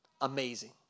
amazing